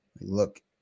look